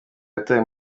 yatawe